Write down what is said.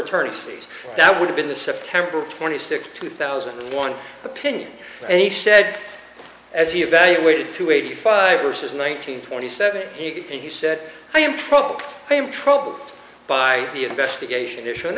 attorney's fees that would've been the september twenty sixth two thousand and one opinion and he said as he evaluated to eighty five which is nineteen twenty seven he said i am troubled i'm troubled by the investigation issue and